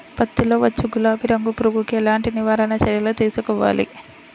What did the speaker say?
పత్తిలో వచ్చు గులాబీ రంగు పురుగుకి ఎలాంటి నివారణ చర్యలు తీసుకోవాలి?